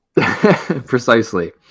Precisely